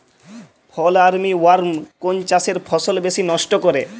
ফল army worm কোন চাষের ফসল বেশি নষ্ট করে?